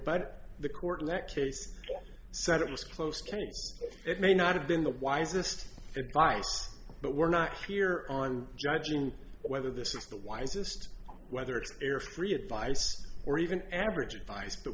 but the court in that case said it was close to it may not have been the wisest advice but we're not here on judging whether this is the wisest whether it's an error free advice or even average advice but